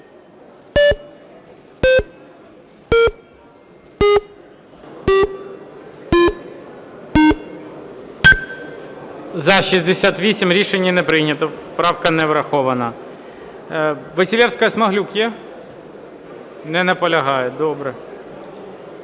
За-68 Рішення не прийнято. Правка не врахована. Василевська-Смаглюк є? Не наполягає. Добре.